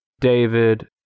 David